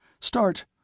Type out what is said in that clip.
Start